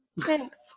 Thanks